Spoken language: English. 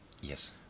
Yes